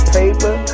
paper